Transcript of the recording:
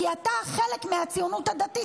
כי אתה חלק מהציונות הדתית,